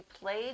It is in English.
played